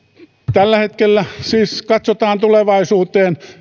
tällä hetkellä siis katsotaan tulevaisuuteen